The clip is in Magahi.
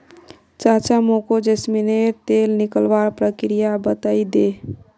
चाचा मोको जैस्मिनेर तेल निकलवार प्रक्रिया बतइ दे